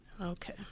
Okay